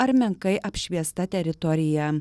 ar menkai apšviesta teritorija